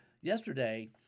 yesterday